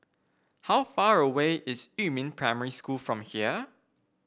how far away is Yumin Primary School from here